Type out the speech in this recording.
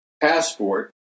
passport